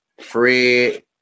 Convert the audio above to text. Fred